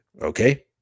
Okay